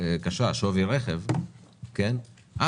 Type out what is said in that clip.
כולל שווי הרכב, אז